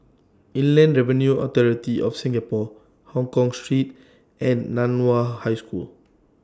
Inland Revenue Authority of Singapore Hongkong Street and NAN Hua High School